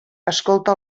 escolta